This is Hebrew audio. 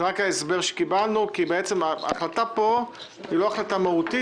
בעצם ההחלטה פה היא לא מהותית,